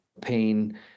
pain